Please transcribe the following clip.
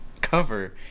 cover